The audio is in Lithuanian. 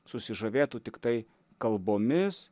susižavėtų tiktai kalbomis